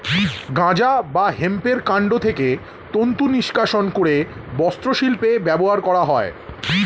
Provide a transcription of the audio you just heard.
গাঁজা বা হেম্পের কান্ড থেকে তন্তু নিষ্কাশণ করে বস্ত্রশিল্পে ব্যবহার করা হয়